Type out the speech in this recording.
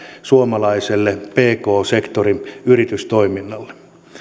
suomalaiselle pk sektorin yritystoiminnalle